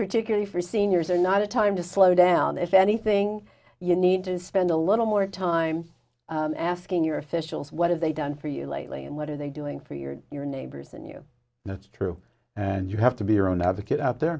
particularly for seniors are not a time to slow down if anything you need to spend a little more time asking your officials what have they done for you lately and what are they doing for your your neighbors and you that's true and you have to be your own advocate out there